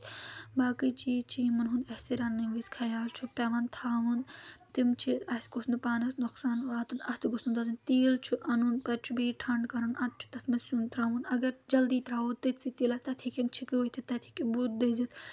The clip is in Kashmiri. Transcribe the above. باقٕے چیٖز چھِ یِمَن ہُنٛد اَسہِ رَنٕنہٕ وِزِ خیال چھُ پؠوان تھاوُن تِم چھِ اَسہِ گوٚژھ نہٕ پانَس نۄقصان واتُن اَتھ گوٚژھ نہٕ دَزُن تیٖل چھُ اَنُن پَتہٕ چھُ بیٚیہِ ٹھنٛڈ کَرُن ادٕ چھُ تَتھ منٛز سیُن ترٛاوُن اگر جلدی ترٛاوو تٔتی سٕے تیٖلَس تَتھ ہیٚکَن چھکہٕ ؤتھِتھ تَتہِ ہیٚکہِ بُتھ دٔزِتھ